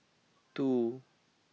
two